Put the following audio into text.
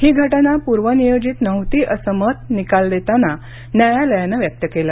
ही घटना पूर्वनियोजित नव्हती असं मत निकाल देताना न्यायालयानं व्यक्त केलं